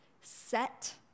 set